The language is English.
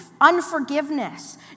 unforgiveness